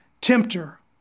tempter